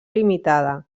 limitada